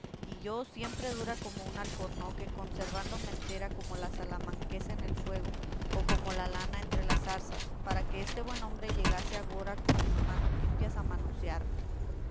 y yo siempre dura como un alcornoque conservándome entera como la salamanquesa en el fuego o como la lana entre las zarzas para que este buen hombre llegase ahora con sus manos limpias a manosearme